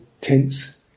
tense